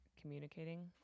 communicating